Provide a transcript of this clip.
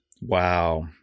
Wow